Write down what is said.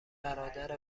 برادر